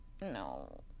no